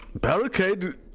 Barricade